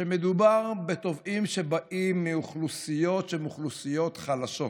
שמדובר בטובעים שהם מאוכלוסיות שהן אוכלוסיות חלשות.